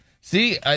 See